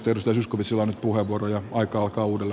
aika alkaa uudelleen olkaa hyvä